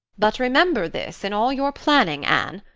but remember this in all your planning, anne.